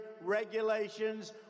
regulations